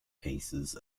cases